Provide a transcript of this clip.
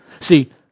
see